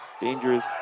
Dangerous